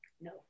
No